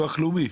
ביטוח לאומי.